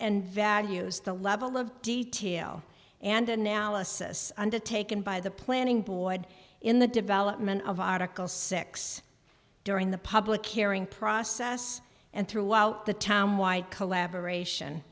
and values the level of detail and analysis undertaken by the planning board in the development of article six during the public hearing process and throughout the town white collaboration